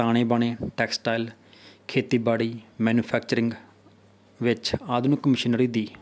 ਤਾਣੇ ਬਾਣੇ ਟੈਕਸਟਾਈਲ ਖੇਤੀਬਾੜੀ ਮੈਨੂਫੈਕਚਰਿੰਗ ਵਿੱਚ ਆਧੁਨਿਕ ਮਸ਼ੀਨਰੀ ਦੀ